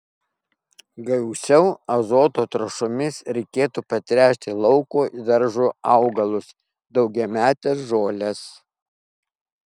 gausiau azoto trąšomis reikėtų patręšti lauko ir daržo augalus daugiametes žoles